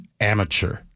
amateur